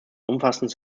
umfassend